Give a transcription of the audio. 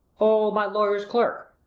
o, my lawyer's clerk,